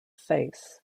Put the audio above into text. face